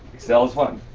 sounds fun.